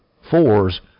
fours